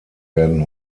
werden